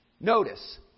Notice